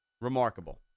remarkable